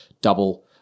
double